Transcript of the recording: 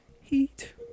Heat